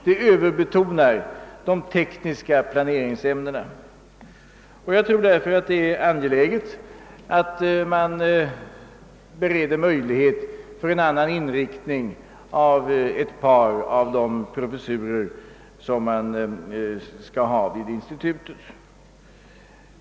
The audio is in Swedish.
Det överbetonar de tekniska planeringsämnena, och jag anser därför att det är angeläget att man bereder möjlighet för en annan inriktning av ett par av de professurer som skall finnas vid institutet.